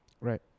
Right